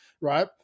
right